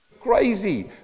crazy